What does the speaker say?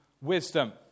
wisdom